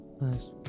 nice